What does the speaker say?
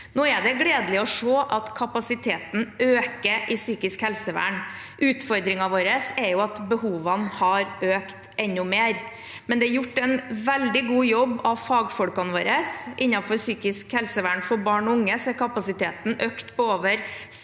Nå er det gledelig å se at kapasiteten øker innen psykisk helsevern. Utfordringen vår er at behovene har økt enda mer, men det er gjort en veldig god jobb av fagfolkene våre. Innenfor psykisk helsevern for barn og unge er kapasiteten økt med over 6